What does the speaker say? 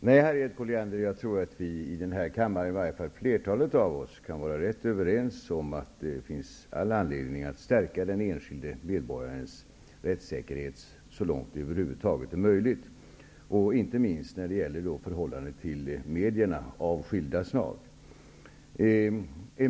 Herr talman! Nej, Harriet Colliander, jag tror att vi i denna kammare, i varje fall flertalet av oss, kan vara överens om att det finns all anledning att stärka den enskilde medborgarens rättssäkerhet så långt det över huvud taget är möjligt, inte minst i förhållande till medier av skilda slag.